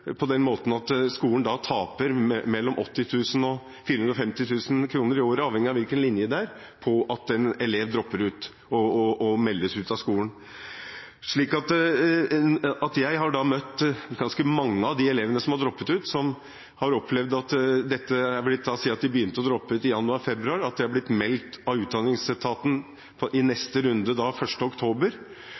at skolen taper mellom 80 000 kr og 450 000 kr i året, avhengig av hvilken linje det er, på at en elev dropper ut og meldes ut av skolen. Jeg har møtt ganske mange av de elevene som har droppet ut. La oss si at de begynte å droppe ut i januar–februar, og så opplever de at de blir meldt av Utdanningsetaten i neste runde, den 1. oktober.